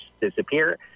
disappear